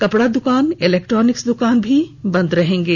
कपड़ा दुकान इलेक्ट्रॉनिक्स दकान आदि बंद रहेंगे